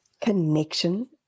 connection